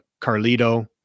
Carlito